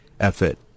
effort